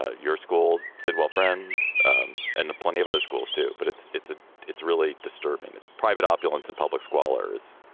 ah your school, sidwell friends and the plenty of other schools do. but it's it's a it's really disturbing. it's private opulence and public scholars,